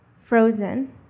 frozen